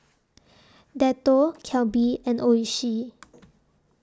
Dettol Calbee and Oishi